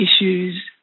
issues